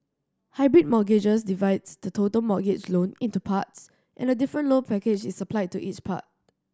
hybrid mortgages divides the total mortgage loan into parts and a different loan package is applied to each part